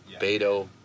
Beto